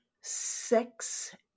sex